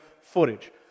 footage